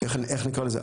איך נקרא לזה,